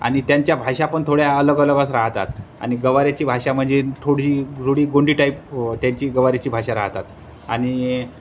आणि त्यांच्या भाषा पण थोड्या अलग अलगच राहतात आणि गवाऱ्याची भाषा म्हणजे थोडी रुढी गोंडी टाईप त्यांची गवारीची भाषा राहतात आणि